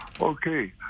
Okay